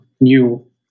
new